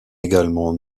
également